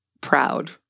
proud